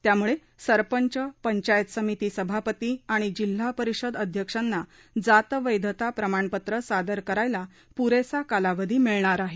यामुळे सरपंच पंचायत समिती सभापती आणि जिल्हा परिषद अध्यक्षांना जात वैधता प्रमाणपत्र सादर करण्यास पुरेसा कालावधी मिळणार आहे